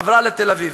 עברה לתל-אביב.